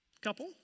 Couple